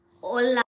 hola